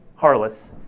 Harless